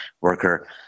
worker